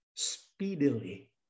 speedily